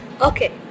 Okay